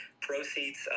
proceeds